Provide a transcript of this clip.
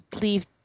leave